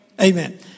Amen